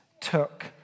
took